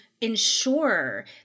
ensure